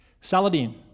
Saladin